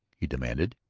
he demanded.